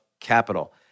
capital